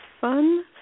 fun